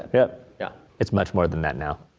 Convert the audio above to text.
yep. yeah. it's much more than that now.